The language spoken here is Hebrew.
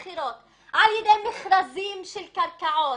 באמצעות בחירות, באמצעות מכרזים של קרקעות.